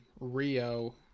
Rio